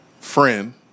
friend